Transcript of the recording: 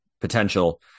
potential